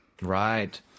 right